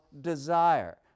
desire